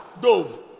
Dove